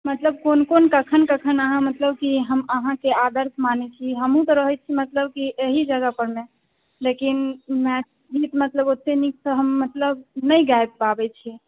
मतलब कोन कोन कखन कखन अहाँ मतलब कि हम अहाँके आदर्श मानै छी हमहूँ तऽ रहै छी मतलब कि एही जगह परमे लेकिन मैथिली गीत मतलब ओतेक नीकसँ मतलब नहि गाबि पाबै छी